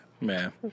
Man